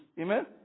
Amen